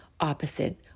opposite